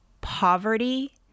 poverty